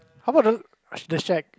how about the the shack